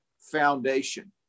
foundation